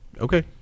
okay